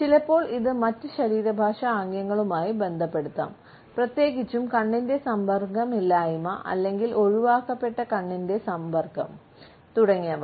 ചിലപ്പോൾ ഇത് മറ്റ് ശരീര ഭാഷാ ആംഗ്യങ്ങളുമായി ബന്ധപ്പെടുത്താം പ്രത്യേകിച്ചും കണ്ണിന്റെ സമ്പർക്കം ഇല്ലായ്മ അല്ലെങ്കിൽ ഒഴിവാക്കപ്പെട്ട കണ്ണിന്റെ സമ്പർക്കം തുടങ്ങിയവ